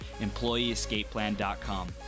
employeeescapeplan.com